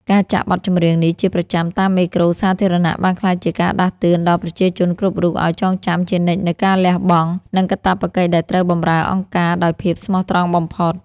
ការចាក់បទចម្រៀងនេះជាប្រចាំតាមមេក្រូសាធារណៈ បានក្លាយជាការដាស់តឿនដល់ប្រជាជនគ្រប់រូបឲ្យចងចាំជានិច្ចនូវការលះបង់ និងកាតព្វកិច្ចដែលត្រូវបម្រើអង្គការដោយភាពស្មោះត្រង់បំផុត។